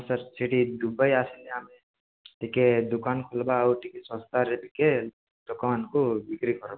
sir ସେଇଠି Dubai ଟିକେ ଦୁକାନ ଖୁଲବା ଆଉ ଶସ୍ତାରେ ଟିକେ ଲୋକମାନଙ୍କୁ ବିକ୍ରି କରିବା